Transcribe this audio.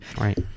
Right